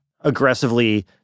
aggressively